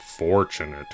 Fortunate